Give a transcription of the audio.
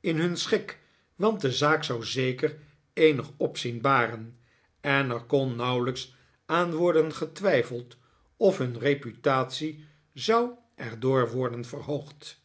in hun schik want de zaak zou zeker eenig opzien baren en er kon nauwelijks aan worden getwijfeld of hun reputatie zou er door worden verhoogd